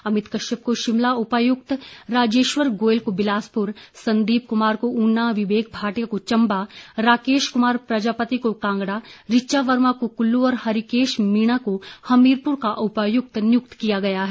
अमित कश्यप को शिमला उपायुक्त राजेश्वर गोयल को बिलासपुर संदीप क्मार को ऊना विवेक भाटिया को चंबा राकेश क्मार प्रजापति को कांगड़ा रिचा वर्मा को कुल्ल और हरिकेश मीणा को हमीरपुर का उपायुक्त नियुक्त किया गया है